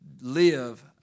live